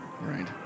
right